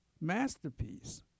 masterpiece